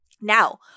Now